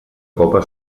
copa